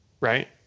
right